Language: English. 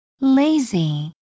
Lazy